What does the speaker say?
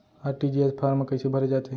RTGS form कइसे भरे जाथे?